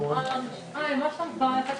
התופעה הזאת